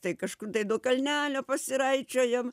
tai kažkur tai nuo kalnelio pasiraičiojam